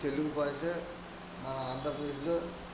తెలుగు భాష మన ఆంధ్రప్రదేశ్లో